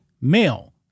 male